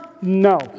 No